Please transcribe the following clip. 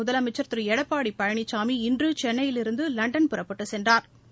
முதலமைச்சா் திரு எடப்பாடி பழனிசாமி இன்று சென்னையிலிருந்து லண்டன் புறப்பட்டுச் சென்றாா்